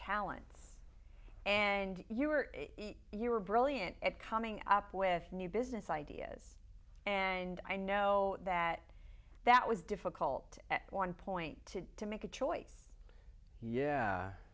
talents and you were you were brilliant at coming up with new business ideas and i know that that was difficult at one point to make a choice